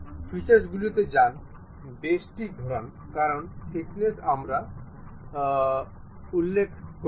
ফিচার্সগুলিতে যান বেসটি ঘোরান কারণ থিকনেস আমরা উল্লেখ করিনি